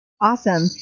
Awesome